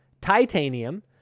titanium